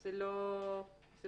היא חלק מהצו.